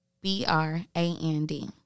B-R-A-N-D